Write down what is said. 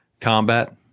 Combat